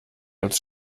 als